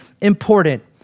important